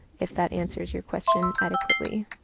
if that answers your question adequately.